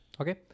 Okay